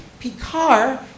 Picard